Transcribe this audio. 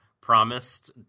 Promised